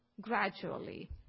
gradually